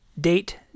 date